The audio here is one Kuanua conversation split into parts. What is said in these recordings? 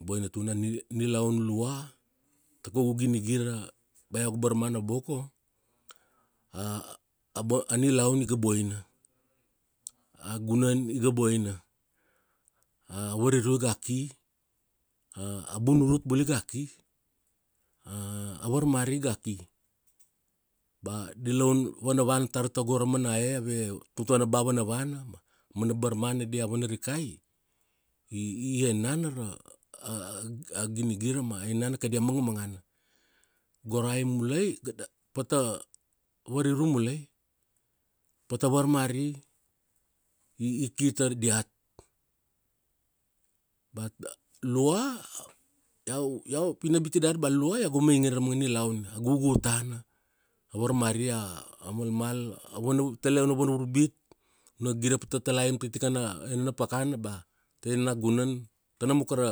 Boina tuna. Nilaun lua, ta kaugu ginigira bea iau ga barmana boko, a nilaun iga boina. A gunan iga boina, a variru iga ki, a bunurut bula iga ki, a varmari iga ki. Ba di laun vanavana tar tago ra mana e, ave tutana ba vanavana, ma amana barmana dia vanarikai, i enana ra ginigira ma i nenana kadia mangamangana. Go ra e mulai pata variru mulai, pata varmari i ki ta diat, bat lua, iau iau pina biti dari bea lua iau ga mainge ra mangana nilaun, a gugu tana, a varmari, a malmal a vana tele una vana vurbit una gire pi ta talaim tai tikana enena pakana ba ta enena gunanta, tanam uka ra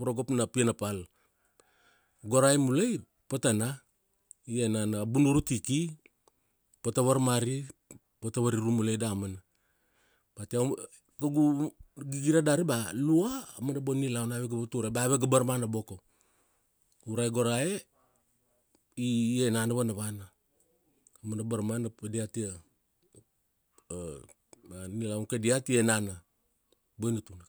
varagop na pianapal. Go ra e mulai patana, i enana, bunuru i ki, pata varmari, pata variru mulai da mana. Bat iau kaugu gigira dari bea lua aumana bona nilaun avega vature bea avega barmana boko. Ure go ra e i enana vanavana. A mana barmana ba diata, a nilaun kadiat i enana. Boina tuna.